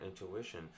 intuition